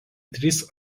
trys